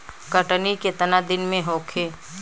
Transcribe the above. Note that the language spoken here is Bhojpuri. कटनी केतना दिन में होखे?